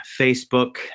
Facebook